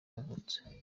yavutse